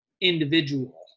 individual